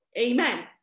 amen